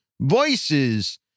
voices